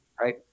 Right